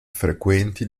frequenti